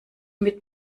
mit